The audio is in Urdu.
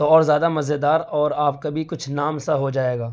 تو اور زیادہ مزے دار اور آپ کا بھی کچھ نام سا ہو جائے گا